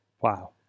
Wow